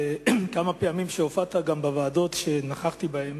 וגם בכמה פעמים שהופעת בוועדות שנכחתי בהן